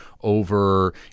over